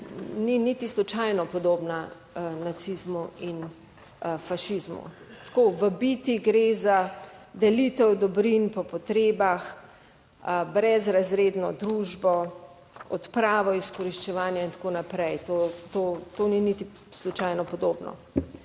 niti slučajno podobna nacizmu in fašizmu. Tako v biti gre za delitev dobrin po potrebah, brezrazredno družbo, odpravo izkoriščevanja in tako naprej. To ni niti slučajno podobno.